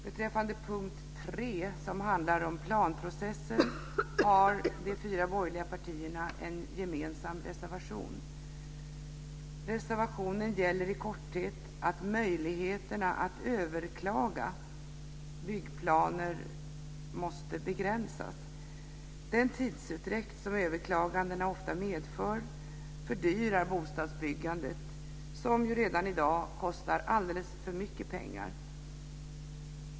De fyra borgerliga partierna har en gemensam reservation beträffande punkt 3, som handlar om planprocessen. Reservationen gäller i korthet att möjligheterna att överklaga byggplaner måste begränsas. Den tidsutdräkt som överklagandena ofta medför fördyrar bostadsbyggandet, som ju redan i dag kostar alldeles för mycket pengar.